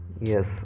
yes